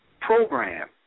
program